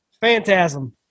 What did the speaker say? phantasm